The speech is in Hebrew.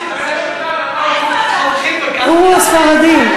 עורו הספרדים.